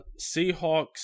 Seahawks